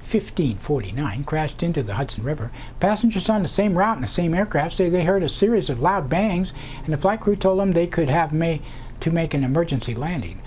fifty forty nine crashed into the hudson river passengers on the same route in the same aircraft say they heard a series of loud bangs and the flight crew told them they could have made to make an emergency landing